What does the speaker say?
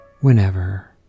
Whenever